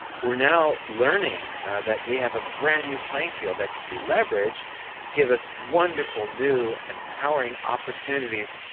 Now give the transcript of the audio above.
we're now learning that we have a brand new playing field that can be leveraged to give us wonderful new empowering opportunities,